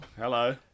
Hello